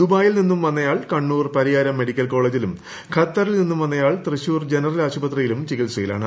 ദുബായിൽ നിന്ന് വന്നയാൾ കണ്ണൂർ പരിയാരം മെഡിക്കൽ കോളേജിലും ഖത്തറിൽ നിന്ന് വന്നയാൾ തൃശൂർ ജനറൽ ആശുപത്രിയിലും ചികിത്സയിലാണ്